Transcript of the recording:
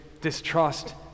distrust